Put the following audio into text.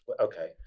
Okay